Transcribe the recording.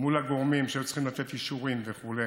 מול הגורמים שהיו צריכים לתת אישורים וכו'.